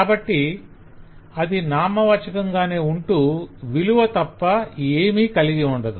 కాబట్టి అది నామవాచకంగానే ఉంటూ విలువ తప్ప ఏమీ కలిగి ఉండకూడదు